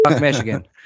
Michigan